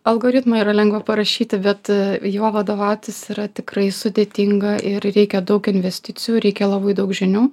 algoritmą yra lengva parašyti bet juo vadovautis yra tikrai sudėtinga ir reikia daug investicijų reikia labai daug žinių